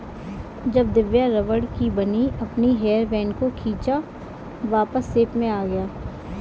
जब दिव्या रबड़ की बनी अपने हेयर बैंड को खींचा वापस शेप में आ गया